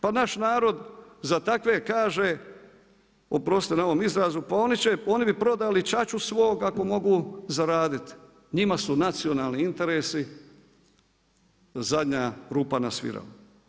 Pa naš narod za takve kaže, oprostite na ovom izrazu, pa oni bi prodali ćaću svoga ako mogu zaradit, njima su nacionalni interesi zadnja rupa na svirali.